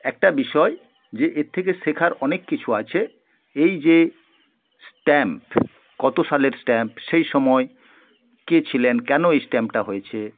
একটা বিষয় যে এর থেকে শেখার অনেক কিছু আছে এই যে স্ট্যাম্প কত সালের স্ট্যাম্প সেই সময় কে ছিলেন কেন এই স্ট্যাম্পটা হয়েছে